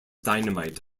dynamite